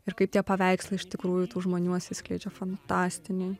ir kaip tie paveikslai iš tikrųjų tų žmonių atsiskleidžia fantastiniai